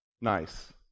nice